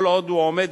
כל עוד הוא עומד